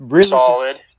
Solid